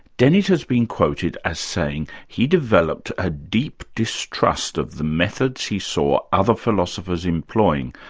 dennett has been quoted as saying he developed a deep distrust of the methods he saw other philosophers employing,